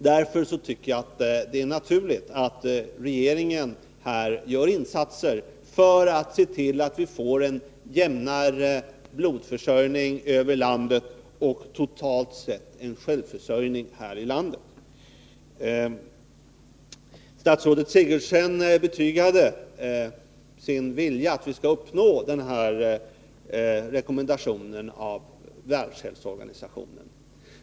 Därför tycker jag att det är naturligt att regeringen gör insatser för att vi skall få en jämnare blodförsörjning över landet och totalt sett en självförsörjning här i landet. Statsrådet Sigurdsen betygade att det är hennes vilja att vi skall uppnå den kapacitet som rekommenderas av Världshälsoorganisationen.